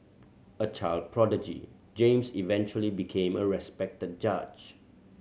a child prodigy James eventually became a respected judge